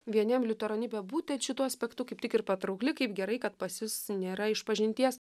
vieniem liuteronybė būtent šituo aspektu kaip tik ir patraukli kaip gerai kad pas jus nėra išpažinties